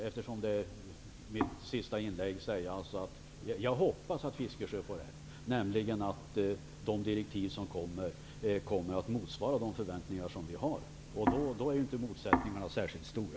Eftersom detta är mitt sista inlägg, kan jag säga att jag hoppas att Bertil Fiskesjö får rätt, nämligen att de direktiv som kommer skall motsvara de förväntningar som vi har. Då är inte motsättningarna särskilt stora.